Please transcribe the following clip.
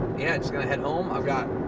yeah, just gonna head home. i've got